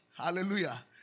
Hallelujah